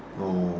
oh